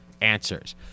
answers